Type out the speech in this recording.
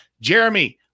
Jeremy